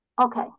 okay